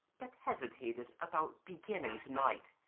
but hesitated about beginning to-night.